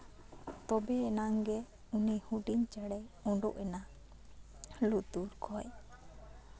ᱛᱚᱵᱮ ᱟᱱᱟᱝ ᱜᱮ ᱩᱱᱤ ᱦᱩᱰᱤᱧ ᱪᱮᱬᱮ ᱩᱰᱩᱜ ᱮᱱᱟ ᱞᱩᱛᱩᱨ ᱠᱷᱚᱱ